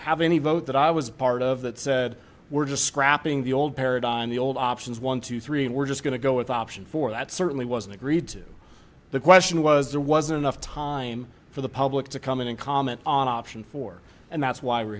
have any vote that i was part of that said we're just scrapping the old paradigm the old options one two three and we're just going to go with option for that certainly wasn't agreed to the question was there wasn't enough time for the public to come in and comment on option four and that's why we're